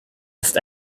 ist